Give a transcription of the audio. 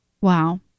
Wow